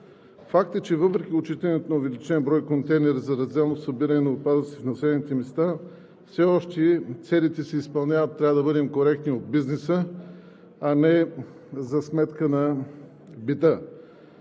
Факт е, че въпреки отчитането на увеличен брой контейнери за разделно събиране на отпадъци в населените места, все още целите се изпълняват. Трябва да бъдем коректни – от бизнеса, а не за сметка на бита.